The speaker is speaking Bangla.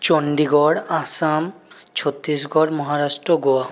চন্ডীগড় আসাম ছত্তিশগড় মহারাষ্ট্র গোয়া